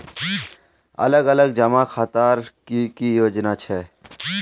अलग अलग जमा खातार की की योजना छे?